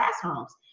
classrooms